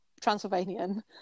Transylvanian